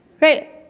right